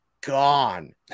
gone